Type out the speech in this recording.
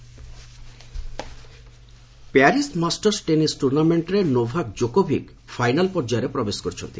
Paris Masters tennis Paris Masters tennis ଟୁର୍ଣ୍ଣାମେଣ୍ଟରେ Novak Djokovic final ପର୍ଯ୍ୟାୟରେ ପ୍ରବେଶ କରିଛନ୍ତି